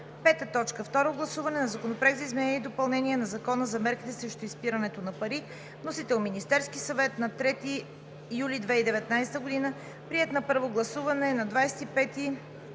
2019 г. 5. Второ гласуване на Законопроект за изменение и допълнение на Закона за мерките срещу изпирането на пари. Вносител е Министерският съвет на 3 юли 2019 г. Приет на първо гласуване на 25 юли